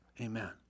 amen